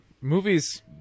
movies